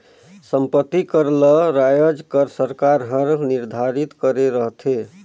संपत्ति कर ल राएज कर सरकार हर निरधारित करे रहथे